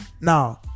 now